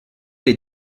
les